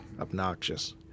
Obnoxious